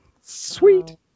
sweet